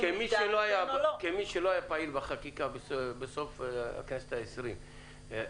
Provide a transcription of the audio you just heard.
כמי שלא היה פעיל בחקיקה בסוף הכנסת העשרים,